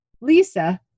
Lisa